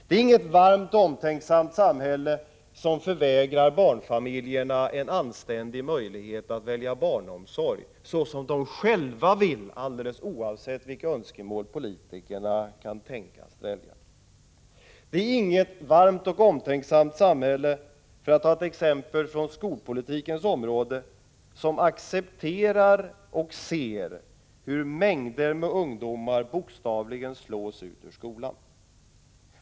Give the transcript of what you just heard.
Det är inget varmt och omtänksamt samhälle som förvägrar barnfamiljerna en anständig möjlighet att välja barnomsorg så som de själva vill alldeles oavsett vilka önskemål politikerna kan tänkas ha. Det är inget varmt och omtänksamt samhälle som, för att ta ett exempel från skolpolitikens område, accepterar och ser hur mängder av ungdomar bokstavligen slås ut ur skolan.